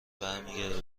برمیگرده